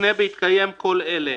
תותנה בהתקיים כל אלה: